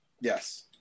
Yes